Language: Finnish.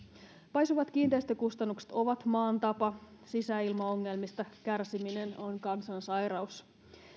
paisuvat kiinteistökustannukset ovat maan tapa sisäilmaongelmista kärsiminen on kansansairaus